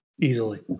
Easily